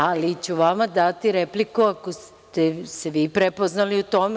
Ali, ću vama dati repliku ako ste se vi prepoznali u tome.